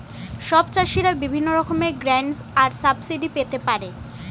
সব চাষীরা বিভিন্ন রকমের গ্র্যান্টস আর সাবসিডি পেতে পারে